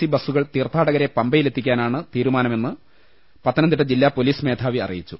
C ബസ്സുകളിൽ തീർത്ഥാടകരെ പമ്പയിലെത്തി ക്കാനാണ് തീരുമാനമെന്ന് പത്തനംതിട്ട ജില്ലാ പൊലീസ് മേധാവി അറിയിച്ചു